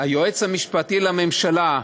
היועץ המשפטי לממשלה,